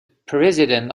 president